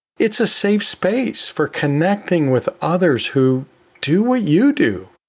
it's a safe space for connecting with others who do what you do,